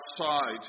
outside